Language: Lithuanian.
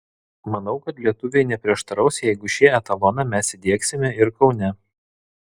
manau kad lietuviai neprieštaraus jeigu šį etaloną mes įdiegsime ir kaune